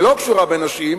שלא קשורה בנשים,